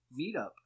meetup